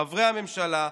חברי הממשלה,